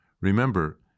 Remember